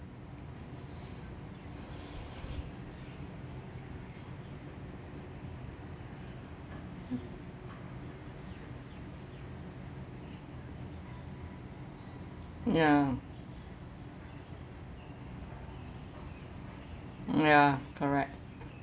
ya ya correct